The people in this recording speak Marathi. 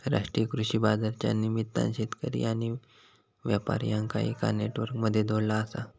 राष्ट्रीय कृषि बाजारच्या निमित्तान शेतकरी आणि व्यापार्यांका एका नेटवर्क मध्ये जोडला आसा